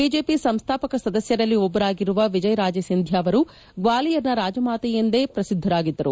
BJP ಸಂಸ್ಥಾಪಕ ಸದಸ್ನರಲ್ಲಿ ಒಬ್ಲರಾಗಿರುವ ವಿಜಯರಾಜೇ ಸಿಂಧಿಯಾ ಅವರು ಗ್ವಾಲಿಯರ್ನ ರಾಜಮಾತೆ ಎಂದೇ ಅವರು ಪ್ರಸಿದ್ದರಾಗಿದ್ದಾರೆ